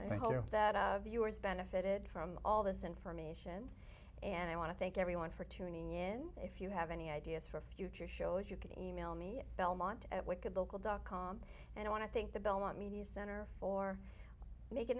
i hope that viewers benefited from all this information and i want to thank everyone for tuning in if you have any ideas for future shows you can email me belmont at wicked local dot com and i want to think the belmont media center for making